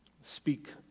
Speak